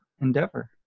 endeavor